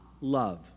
love